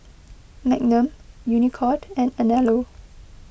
Magnum Unicurd and Anello